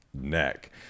neck